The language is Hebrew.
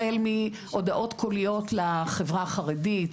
החל מהודעות קוליות לחברה החרדית,